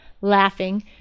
Laughing